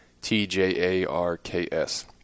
T-J-A-R-K-S